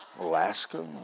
Alaska